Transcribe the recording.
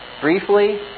briefly